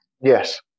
Yes